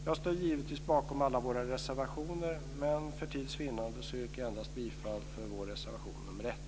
Jag står givetvis bakom alla våra reservationer, men för tids vinnande yrkar jag bifall endast till vår reservation nr 1.